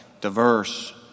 diverse